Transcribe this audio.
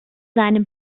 seinem